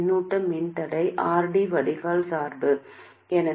C2 முழுவதும் தோன்றும் மின்தடை என்ன